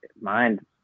mind